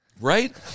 Right